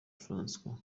francois